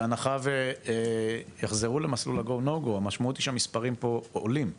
בהנחה ויחזרו למסלול ה-GO NO GO המשמעות היא שהמספרים פה עולים ויעלו,